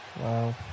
Wow